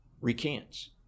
recants